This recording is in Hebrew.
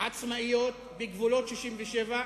עצמאיות בגבולות 67'